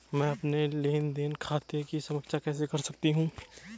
मैं अपने लेन देन खाते की समीक्षा कैसे कर सकती हूं?